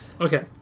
Okay